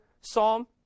psalm